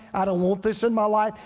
i don't want this in my life.